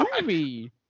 movie